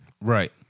Right